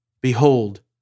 Behold